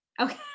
Okay